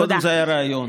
קודם זה היה רעיון.